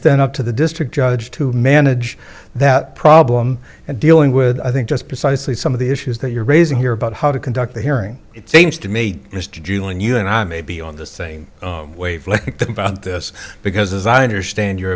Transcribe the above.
then up to the district judge to manage that problem and dealing with i think just precisely some of the issues that you're raising here about how to conduct a hearing it seems to me mr julian you and i may be on the same wave length about this because as i understand your